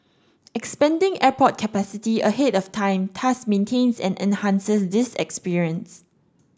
expanding airport capacity ahead of time thus maintains and enhances this experience